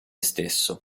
stesso